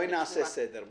בואו נעשה סדר.